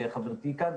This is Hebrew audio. חברתי כאן,